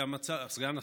סגן השר.